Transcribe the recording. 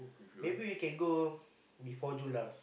maybe we can go before June lah